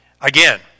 Again